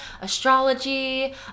astrology